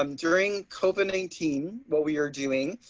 um during covid nineteen, what we are doing,